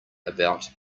about